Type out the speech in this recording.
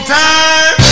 time